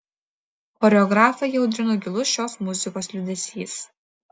choreografą įaudrino gilus šios muzikos liūdesys